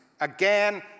again